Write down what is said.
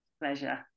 pleasure